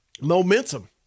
momentum